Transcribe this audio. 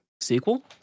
sequel